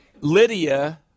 Lydia